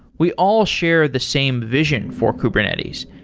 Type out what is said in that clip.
we all share the same vision for kubernetes.